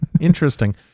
Interesting